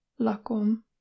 lakom